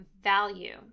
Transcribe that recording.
value